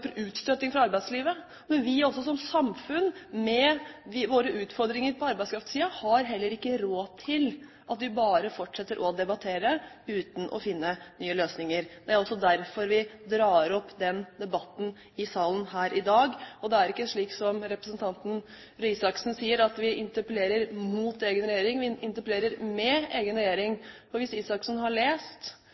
fra arbeidslivet. Men vi som samfunn, med våre utfordringer på arbeidskraftsiden, har heller ikke råd til at vi bare fortsetter å debattere uten å finne nye løsninger. Det er også derfor vi drar opp den debatten i salen her i dag, og det er ikke slik som representanten Røe Isaksen sier, at vi interpellerer mot egen regjering, vi interpellerer med egen regjering. Hvis Røe Isaksen har lest